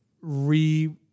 re